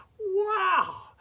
Wow